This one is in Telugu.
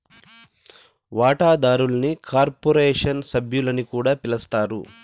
వాటాదారుల్ని కార్పొరేషన్ సభ్యులని కూడా పిలస్తారు